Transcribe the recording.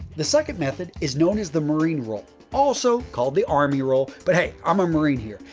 the second method is known as the marine roll also called the army roll, but, hey, i'm a marine here.